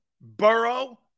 Burrow